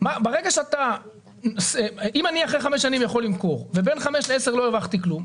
אם אני אחרי 5 שנים יכול למכור ובין 5 ל-10 לא הרווחתי כלום,